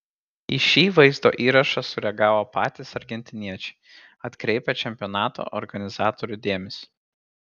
į šį vaizdo įrašą sureagavo patys argentiniečiai atkreipę čempionato organizatorių dėmesį